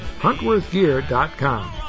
Huntworthgear.com